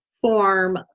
form